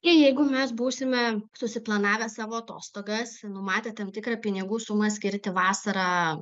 i jeigu mes būsime susiplanavę savo atostogas numatę tam tikrą pinigų sumą skirti vasarą